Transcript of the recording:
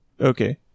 Okay